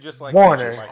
Warner